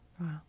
wow